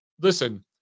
Listen